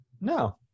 No